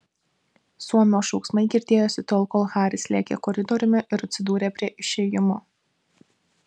suomio šauksmai girdėjosi tol kol haris lėkė koridoriumi ir atsidūrė prie išėjimo